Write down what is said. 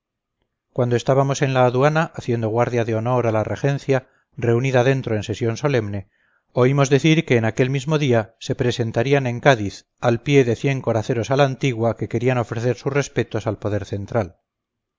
cuando estábamos en la aduana haciendo guardia de honor a la regencia reunida dentro en sesión solemne oímos decir que en aquel mismo día se presentarían en cádiz al pie de cien coraceros a la antigua que querían ofrecer sus respetos al poder central